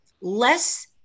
less